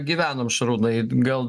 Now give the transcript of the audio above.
gyvenom šarūnai gal